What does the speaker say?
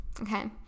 okay